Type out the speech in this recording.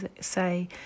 say